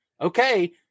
Okay